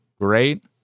Great